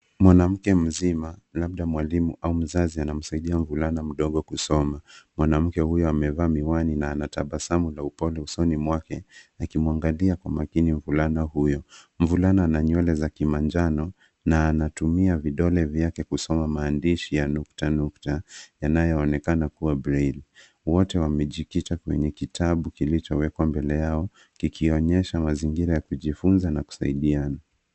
Mwanamke mzima labda mwalimu au mzazi anamsaidia mvulana mdogo kusoma. Mwanamke huyo amevaa miwani na anatabasamu la upole usoni mwake na akimwangalia kwa makini mvulana huyo. Mvulana ana nywele za kimanjano na anatumia vidole vyake kusoma maandishi ya nukta nukta yanayoonekana kuwa braille . Wote wamejikita kwenye kitabu kilichowekwa mbele yao kikionyesha mazingira ya kujifunza na kusaidiana.